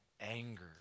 anger